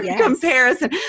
comparison